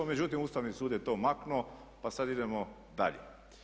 Međutim, Ustavni sud je to maknuo pa sad idemo dalje.